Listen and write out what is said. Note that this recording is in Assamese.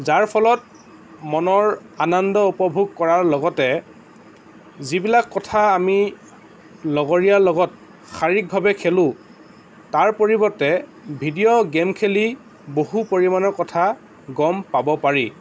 যাৰ ফলত মনৰ আনন্দ উপভোগ কৰাৰ লগতে যিবিলাক কথা আমি লগৰীয়াৰ লগত শাৰীৰিকভাৱে খেলোঁ তাৰ পৰিৱৰ্তে ভিডিঅ' গেম খেলি বহু পৰিমাণৰ কথা গম পাব পাৰি